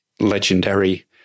legendary